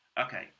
Okay